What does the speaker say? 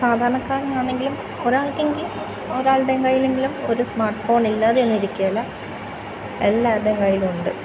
സാധാരണക്കാരാണെങ്കിലും ഒരാൾക്കെങ്കിലും ഒരാളുടെ കയ്യിലെങ്കിലും ഒരു സ്മാർട്ട് ഫോൺ ഇല്ലാതെ ഒന്നും ഇരിക്കില്ല എല്ലാവരുടെയും കയ്യിൽ ഉണ്ട്